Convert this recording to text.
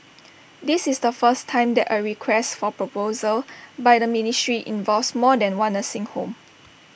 this is the first time that A request for proposal by the ministry involves more than one nursing home